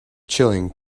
chilling